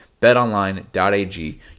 BetOnline.ag